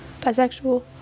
bisexual